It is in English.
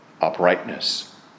uprightness